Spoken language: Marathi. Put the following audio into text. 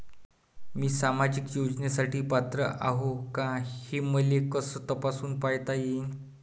मी सामाजिक योजनेसाठी पात्र आहो का, हे मले कस तपासून पायता येईन?